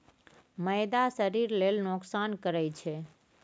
मैदा शरीर लेल नोकसान करइ छै